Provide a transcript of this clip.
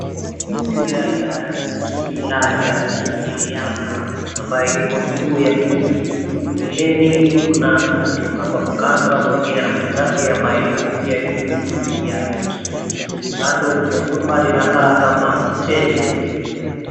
Mzee mwenye kofia ya kimila ya kigiriama ambaye yupo juu ya pikipiki. Mbeleni kuna tuktuk ambapo kando anaongea na mwenzake ambaye yuko pia juu ya pikipiki. Kando kuna jumba linakaa kama hoteli hivi.